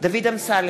דוד אמסלם,